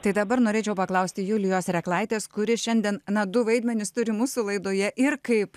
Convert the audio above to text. tai dabar norėčiau paklausti julijos reklaitės kuri šiandien na du vaidmenis turi mūsų laidoje ir kaip